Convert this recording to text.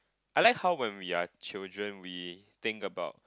I like how when we are children we think about